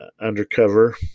undercover